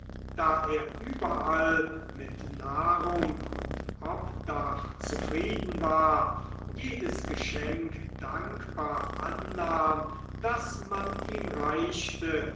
da er überall mit nahrung und obdach zufrieden war jedes geschenk dankbar annahm das man ihm reichte